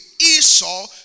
Esau